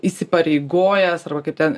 įsipareigojęs arba kaip ten